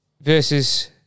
Versus